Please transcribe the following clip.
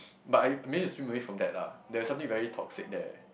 but I manage to stream away from that lah there is something very toxic there